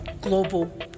Global